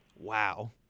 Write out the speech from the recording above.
Wow